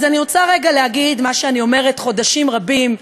אז אני רוצה רגע להגיד מה שאני אומרת חודשים רבים,